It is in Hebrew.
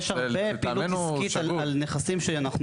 יש הרבה פעילות עסקית על נכסים שאנחנו